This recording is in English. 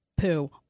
poo